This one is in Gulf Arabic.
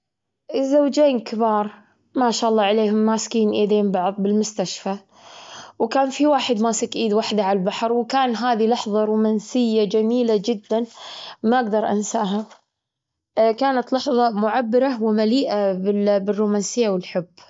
الوظيفة اللي حكون سيء فيها بلا شك اللي فيها شغل يدوي شاق، أو شغل في وظيفة تعامل مع الأرقام. أنا ما أحب أتعامل أبدا مع الأرقام.